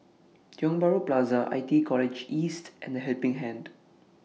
Tiong Bahru Plaza I T E College East and The Helping Hand